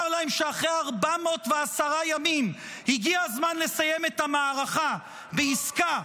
להם שאחרי 410 ימים הגיע הזמן לסיים את המערכה בעסקה,